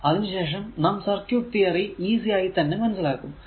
അതിനു ശേഷം നാം സർക്യൂട് തിയറി ഈസി ആയി തന്നെ മനസ്സിലാക്കും